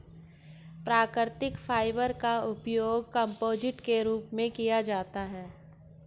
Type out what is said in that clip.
प्राकृतिक फाइबर का उपयोग कंपोजिट के रूप में भी किया जाता है